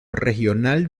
regional